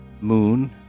moon